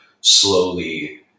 slowly